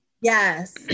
Yes